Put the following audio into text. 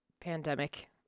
pandemic